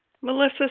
Melissa